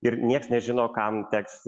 ir nieks nežino kam teks